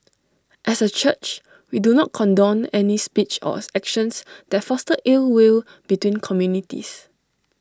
as A church we do not condone any speech or actions that foster ill will between communities